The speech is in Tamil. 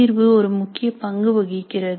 தீர்வு ஒரு முக்கிய பங்கு வகிக்கிறது